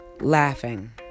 laughing